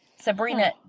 Sabrina